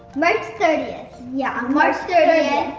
march thirtieth. yeah, on march thirtieth.